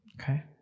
Okay